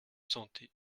santé